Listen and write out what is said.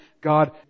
God